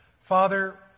Father